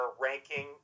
ranking